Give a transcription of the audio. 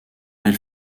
elle